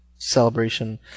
Celebration